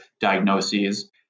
diagnoses